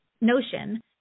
notion